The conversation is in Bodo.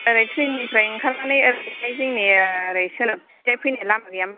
ओरै ट्रेन निफ्राय ओंखारनानै ओरैहाय जोंनि ओरै सोनाबथिं फैनाय लामा गैया होनबा